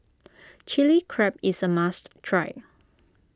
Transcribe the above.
Chili Crab is a must try